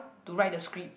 to write the script